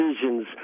decisions